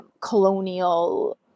colonial